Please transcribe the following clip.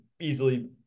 easily